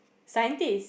scientist